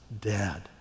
dead